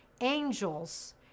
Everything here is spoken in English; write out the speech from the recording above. Angels